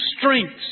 strengths